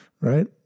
Right